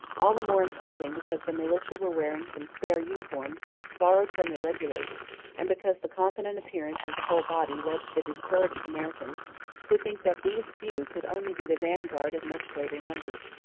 all the more imposing because the militia were wearing some spare uniforms borrowed from the regulars and because the confident appearance of the whole body led the discouraged americans to think that these few could only be the vanguard of much greater numbers.